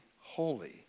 holy